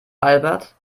albert